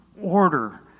order